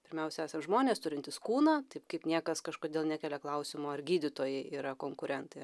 pirmiausia esą žmonės turintys kūną taip kaip niekas kažkodėl nekelia klausimo ar gydytojai yra konkurentai